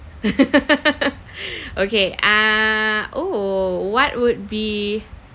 okay ah oh what would be